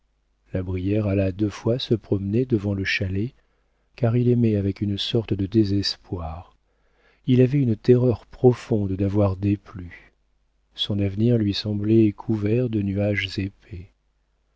la brière alla deux fois se promener devant le chalet car il aimait avec une sorte de désespoir il avait une terreur profonde d'avoir déplu son avenir lui semblait couvert de nuages épais